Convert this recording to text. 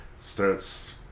starts